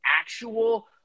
actual